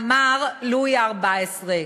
אמר לואי ה-14,